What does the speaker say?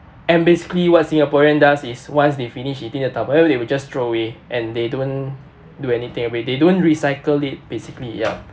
and basically what singaporean does is once they finish eating the Tupperware they will just throw away and they don't do anything about it they don't recycle it basically ya